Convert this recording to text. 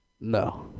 No